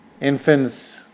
Infants